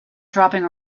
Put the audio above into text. dropping